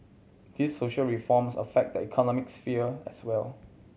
these social reforms affect the economic sphere as well